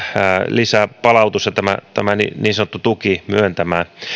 lisäpalautus ja tämä niin sanottu tuki myöntämään